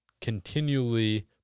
continually